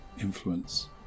influence